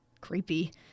Creepy